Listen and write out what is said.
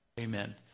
Amen